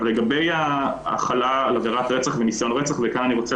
לגבי ההחלה על עבירת רצח וניסיון רצח וכאן אני רוצה